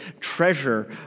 treasure